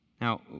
Now